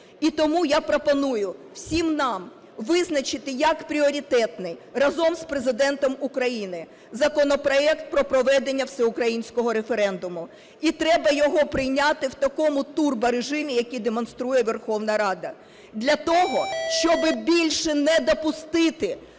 І тому я пропоную всім нам визначити як пріоритетний разом з Президентом України законопроект про проведення всеукраїнського референдуму. І треба його прийняти в такому турборежимі, який демонструє Верховна Рада, для того, щоб більше не допустити